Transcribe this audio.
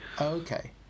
Okay